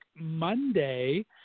Monday